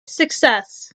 success